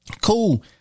Cool